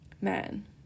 man